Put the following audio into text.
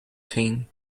team